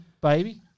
baby